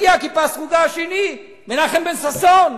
מגיע כיפה סרוגה השני, מנחם בן-ששון,